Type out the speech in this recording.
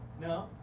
No